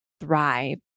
thrive